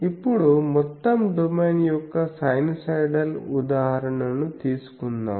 ఇప్పుడు మొత్తం డొమైన్ యొక్క సైనూసోయిడల్ ఉదాహరణను తీసుకుందాం